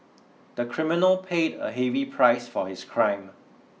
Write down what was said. the criminal paid a heavy price for his crime